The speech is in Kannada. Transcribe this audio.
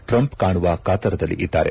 ಟ್ರಂಪ್ ಕಾಣುವ ಕಾತರದಲ್ಲಿದ್ದಾರೆ